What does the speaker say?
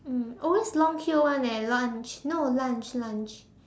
mm always long queue [one] eh lunch no lunch lunch